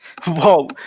Whoa